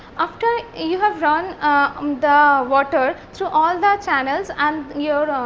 after you have run um the water through all the channels and your